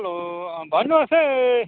hello भन्नुहोस् है